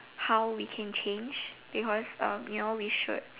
how we can change because we short